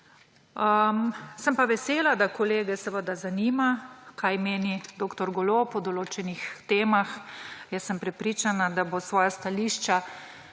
Sem pa vesela, da kolege zanima, kaj meni dr. Golob o določenih temah. Jaz sem prepričana, da bo svoja stališča